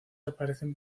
aparecen